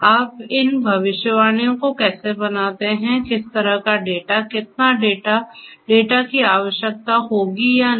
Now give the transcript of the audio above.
आप इन भविष्यवाणियों को कैसे बनाते हैं किस तरह का डेटा कितना डेटा डेटा की आवश्यकता होगी या नहीं